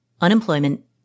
unemployment